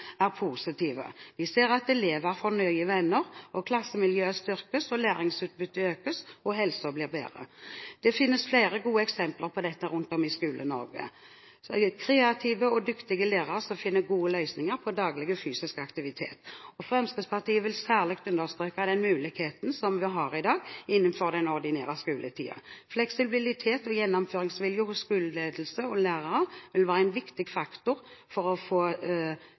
er positive. En ser at elever får nye venner, at klassemiljøet styrkes, at læringsutbyttet økes, og at helsen blir bedre. Det finnes flere gode eksempler på at det rundt om i Skole-Norge er kreative og dyktige lærere som finner gode løsninger for daglig fysisk aktivitet. Fremskrittspartiet vil særlig understreke den muligheten som vi har i dag innenfor den ordinære skoletiden. Fleksibilitet og gjennomføringsvilje hos skoleledelse og lærere vil være en viktig faktor for å få